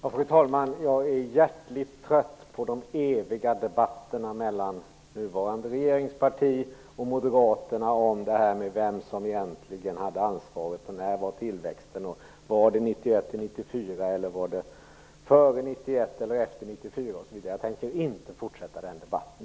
Fru talman! Jag är hjärtligt trött på de eviga debatterna mellan nuvarande regeringsparti och Moderaterna om vem som egentligen hade ansvaret och när tillväxten skedde, om det var 1991-1994, före 1991 eller efter 1994 osv. Jag tänker inte fortsätta den debatten.